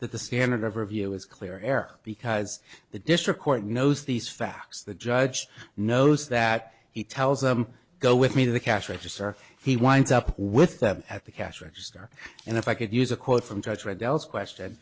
that the standard of review is clear air because the district court knows these facts the judge knows that he tells them go with me to the cash register he winds up with that at the cash register and if i could use a quote from treasure adelle's question